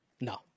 No